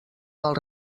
del